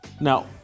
Now